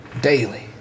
Daily